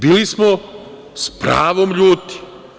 Bili smo s pravom ljuti.